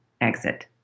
exit